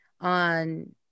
on